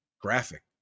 graphic